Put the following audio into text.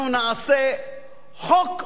אנחנו נעשה "חוק נולד",